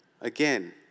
Again